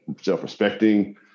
self-respecting